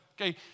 okay